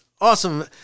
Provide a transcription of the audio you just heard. Awesome